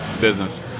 business